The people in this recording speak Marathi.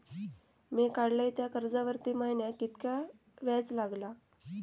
मी काडलय त्या कर्जावरती महिन्याक कीतक्या व्याज लागला?